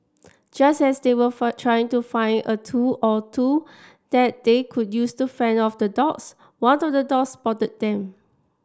just as they were trying to find a tool or two that they could use to fend off the dogs one of the dogs spotted them